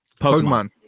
Pokemon